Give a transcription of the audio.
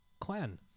clan